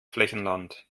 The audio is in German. flächenland